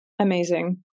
Amazing